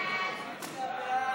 סעיף 1 נתקבל.